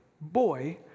boy